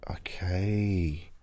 Okay